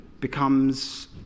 becomes